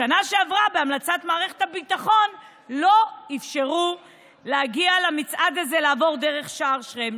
בשנה שעברה בהמלצת מערכת הביטחון לא אפשרו למצעד הזה לעבור דרך שער שכם,